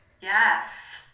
Yes